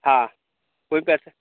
हाँ कोई पैसे